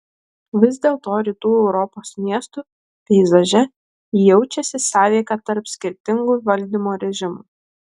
vis dėlto rytų europos miestų peizaže jaučiasi sąveika tarp skirtingų valdymo režimų